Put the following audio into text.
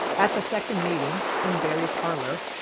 at the second meeting, in barry parlor,